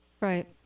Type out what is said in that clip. Right